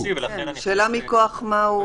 השאלה מכוח מה,